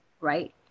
right